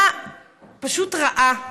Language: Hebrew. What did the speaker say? פשוט דוגמה רעה,